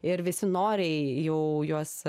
ir visi noriai jau juos